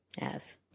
Yes